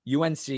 UNC